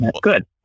good